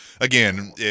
Again